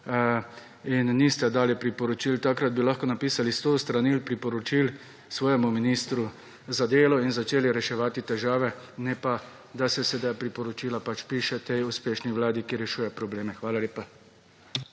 in niste dali priporočil, takrat bi lahko napisali 100 strani priporočil svojemu ministru za delo in začeli reševati težave ne pa, da se sedaj priporočila piše tej uspešni vladi, ki rešuje probleme. Hvala lepa.